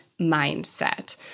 mindset